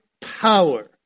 power